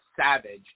savage